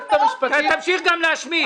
תמשיך גם להשמיץ.